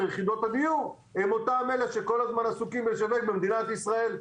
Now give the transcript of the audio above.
יחידות הדיור הם אותם אלה שכל הזמן עסוקים בלשווק למדינת ישראל.